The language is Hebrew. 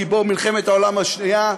גיבור מלחמת העולם השנייה,